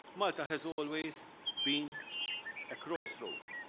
malta has always been a crossroad.